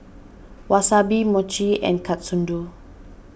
Wasabi Mochi and Katsudon